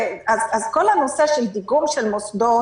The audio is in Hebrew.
אז כל הנושא של דיגום של מוסדות,